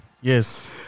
yes